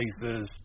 places